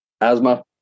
asthma